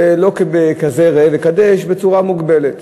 לא בכזה ראה וקדש אלא בצורה מוגבלת.